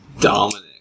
Dominic